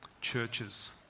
churches